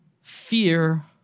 fear